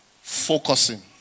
focusing